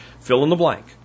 Fill-in-the-blank